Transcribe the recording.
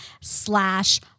slash